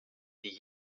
die